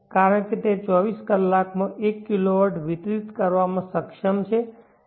કારણ કે તે 24 કલાકમાં 1 kW વિતરિત કરવામાં સક્ષમ છે